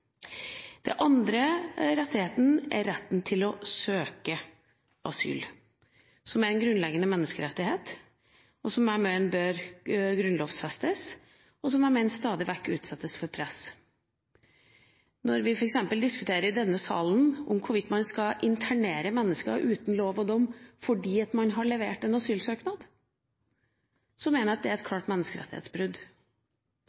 med andre rettigheter. Den andre rettigheten er retten til å søke asyl, som er en grunnleggende menneskerettighet som jeg mener bør grunnlovfestes, og som jeg mener stadig vekk utsettes for press. Når vi f.eks. diskuterer i denne salen hvorvidt man skal internere mennesker uten lov og dom fordi man har levert en asylsøknad, mener jeg at det er et